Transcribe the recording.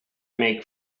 make